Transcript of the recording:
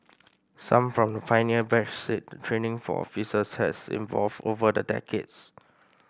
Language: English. some from the pioneer batch said the training for officers has evolved over the decades